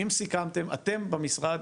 אם סיכמתם אתם במשרד,